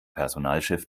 personalchef